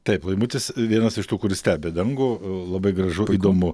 taip laimutis vienas iš tų kuris stebi dangų labai gražu įdomu